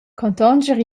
contonscher